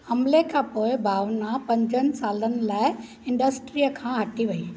हमले खां पोइ भावना पंजनि सालनि लाइ इंडस्ट्रीअ खां हटी वेई